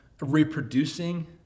reproducing